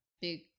big